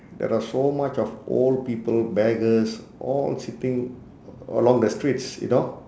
there are so much of old people beggars all sitting along the streets you know